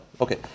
Okay